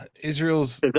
israel's